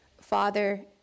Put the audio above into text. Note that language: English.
Father